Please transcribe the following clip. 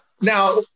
Now